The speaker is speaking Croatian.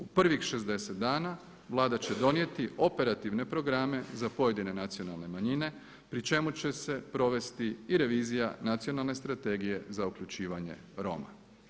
U prvih 60 dana Vlada će donijeti operativne programe za pojedine nacionalne manjine pri čemu će se provesti i revizija Nacionalne strategije za uključivanje Roma.